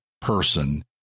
person